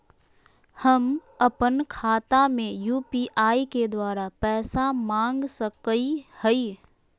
हम अपन खाता में यू.पी.आई के द्वारा पैसा मांग सकई हई?